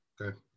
Okay